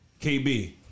KB